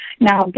Now